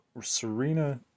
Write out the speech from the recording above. Serena